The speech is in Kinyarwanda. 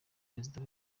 perezida